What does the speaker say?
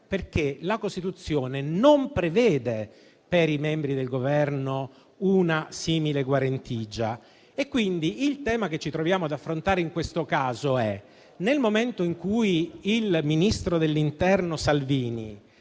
perché la Costituzione non prevede per i membri del Governo una simile guarentigia e quindi il tema che ci troviamo ad affrontare in questo caso è: nel momento in cu il ministro dell'interno Salvini